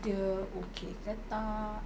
dia okay ke tak